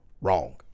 wrong